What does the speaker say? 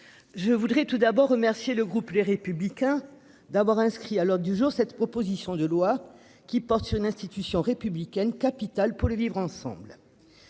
Je voudrais tout d'abord remercier le groupe Les Républicains d'abord inscrit à l'ordre du jour cette proposition de loi qui porte sur une institution républicaine capital pour le vivre ensemble.